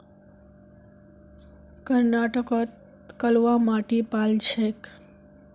कर्नाटकत कलवा माटी पाल जा छेक